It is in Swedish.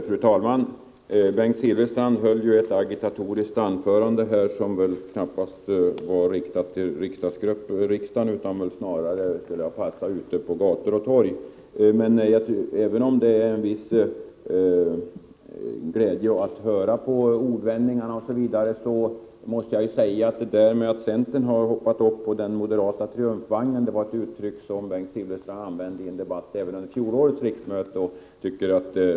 Fru talman! Bengt Silfverstrand höll ett agitatoriskt anförande, som väl knappast var riktat till riksdagens ledamöter, utan som snarare skulle passa att hålla ute på gator och torg. Även om det kan vara trevligt att lyssna till ordvändningarna, måste jag säga att talet om att centern har hoppat upp på den moderata triumfvagnen är litet tjatigt. Bengt Silfverstrand använde samma uttryck i en debatt under fjolårets riksmöte.